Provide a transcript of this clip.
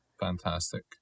Fantastic